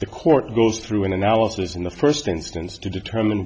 the court goes through an analysis in the first instance to determine